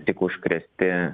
tik užkrėsti